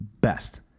best